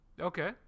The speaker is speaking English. Okay